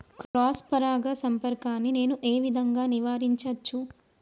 Cross పరాగ సంపర్కాన్ని నేను ఏ విధంగా నివారించచ్చు?